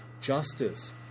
Justice